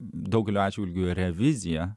daugeliu atžvilgių revizija